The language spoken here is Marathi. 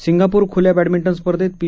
सिंगापूर खुल्या बद्दमिंटन स्पर्धेत पी